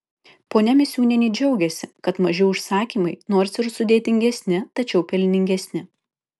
ponia misiūnienė džiaugiasi kad maži užsakymai nors ir sudėtingesni tačiau pelningesni